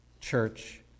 church